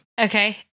Okay